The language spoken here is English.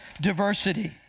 diversity